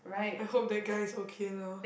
I hope that guy is okay though